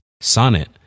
Sonnet